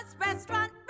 Restaurant